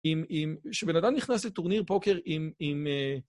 שבן אדם נכנס לטורניר פוקר עם...